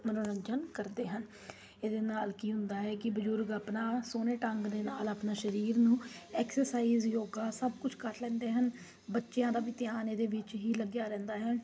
ਮੰਨੋਰੰਜਨ ਕਰਦੇ ਹਣ ਇਹਦੇ ਨਾਲ ਕੀ ਹੁੰਦਾ ਹੈ ਕਿ ਬਜ਼ੁਰਗ ਆਪਣਾ ਸੋਹਣੇ ਢੰਗ ਦੇ ਨਾਲ ਆਪਣਾ ਸਰੀਰ ਨੂੰ ਐਕਸਰਸਾਈਜ਼ ਯੋਗਾ ਸਭ ਕੁਛ ਕਰ ਲੈਂਦੇ ਹਨ ਬੱਚਿਆਂ ਦਾ ਵੀ ਧਿਆਨ ਇਹਦੇ ਵਿੱਚ ਹੀ ਲੱਗਿਆ ਰਹਿੰਦਾ ਹੈ